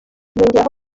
yongeraho